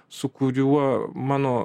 su kuriuo mano